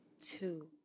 Two